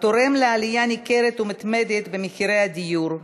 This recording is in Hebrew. התורם לעלייה ניכרת ומתמדת במחירי הדיור,